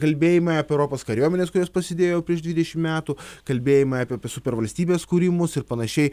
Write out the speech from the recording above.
kalbėjimai apie europos kariuomenes kurios prasidėjo jau prieš dvidešim metų kalbėjimai apie supervalstybės kūrimus ir panašiai